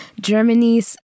Germany's